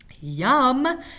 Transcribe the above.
yum